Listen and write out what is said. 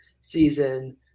season